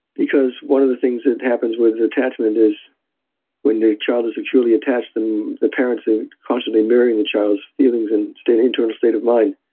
because one of the things that happens with attachment is when the child is securely attached, and the parents are constantly mirroring the child's feelings and internal state of mind,